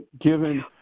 given